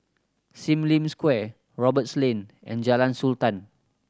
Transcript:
Sim Lim Square Roberts Lane and Jalan Sultan